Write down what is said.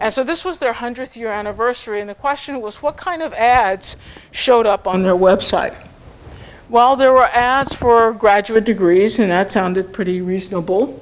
and so this was their hundredth year anniversary and the question was what kind of ads showed up on their website while they were asked for graduate degrees and that sounded pretty reasonable